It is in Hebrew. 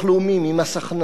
ממס הכנסה,